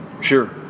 Sure